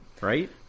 Right